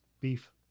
beef